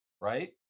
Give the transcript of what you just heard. right